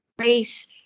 race